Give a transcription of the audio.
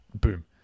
boom